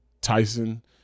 Tyson